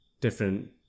different